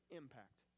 impact